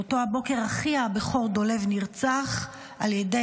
באותו בוקר אחיה הבכור דולב נרצח על ידי